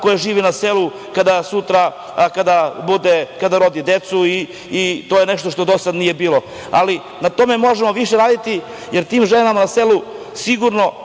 koja živi na selu kada sutra rodi decu i to je nešto što do sada nije bilo, ali na tome možemo više raditi, jer tim ženama na selu sigurno